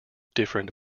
different